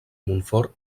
montfort